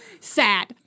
Sad